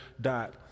dot